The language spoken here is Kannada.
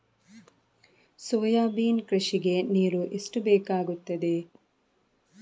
ಸೋಯಾಬೀನ್ ಕೃಷಿಗೆ ನೀರು ಎಷ್ಟು ಬೇಕಾಗುತ್ತದೆ?